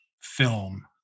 film